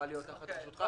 שעברה להיות תחת רשותך.